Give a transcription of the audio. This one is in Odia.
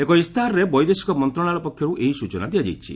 ଏକ ଇସ୍ତାହାରରେ ବୈଦେଶିକ ମନ୍ତ୍ରଣାଳୟ ପକ୍ଷରୁ ଏହି ସ୍ବଚନା ଦିଆଯାଇଛି